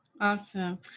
Awesome